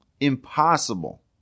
impossible